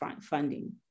funding